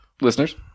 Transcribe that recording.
Listeners